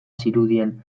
zirudien